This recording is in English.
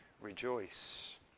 rejoice